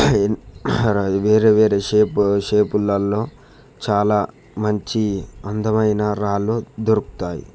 వేరే వేరే షేప్ షేపులలో చాలా మంచి అందమైన రాళ్ళు దొరుకుతాయి